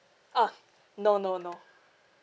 ah no no no